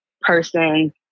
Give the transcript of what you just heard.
person